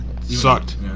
sucked